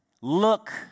Look